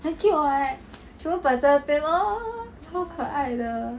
很 cute [what] 全部摆在那边 uh 超可爱的